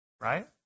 Right